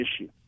issue